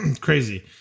Crazy